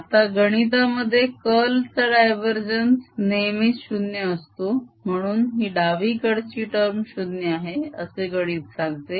आता गणितामध्ये कर्ल चा डायवरजेन्स नेहमीच 0 असतो म्हणून ही डावी कडची टर्म 0 आहे असे गणित सांगते